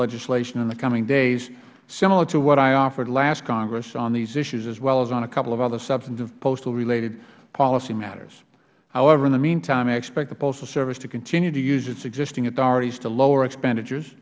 legislation in the coming days similar to what i offered last congress on these issues as well as on a couple of other substantive postal related policy matters however in the meantime i expect the postal service to continue to use its existing authorities to lower expenditures